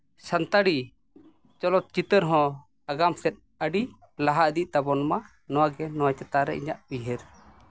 ᱥᱟᱱᱛᱟᱲᱤ ᱪᱚᱞᱚᱛ ᱪᱤᱛᱟᱹᱨ ᱦᱚᱸ ᱟᱜᱟᱢ ᱥᱮᱫ ᱟᱹᱰᱤ ᱞᱟᱦᱟ ᱤᱫᱤᱜ ᱛᱟᱵᱚᱱ ᱢᱟ ᱱᱚᱣᱟᱜᱮ ᱱᱚᱣᱟ ᱪᱮᱛᱟᱱ ᱨᱮ ᱤᱧᱟᱹᱜ ᱩᱭᱦᱟᱹᱨ